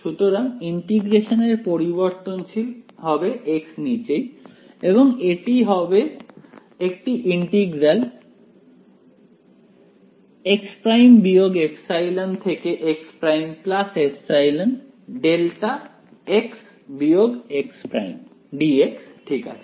সুতরাং ইন্টিগ্রেশন এর পরিবর্তনশীল হবে x নিজেই এবং এটি হবে একটি ইন্টিগ্রাল ঠিক আছে